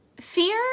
Fear